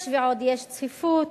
יש ועוד יש צפיפות,